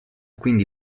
quindi